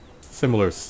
similar